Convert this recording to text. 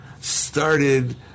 started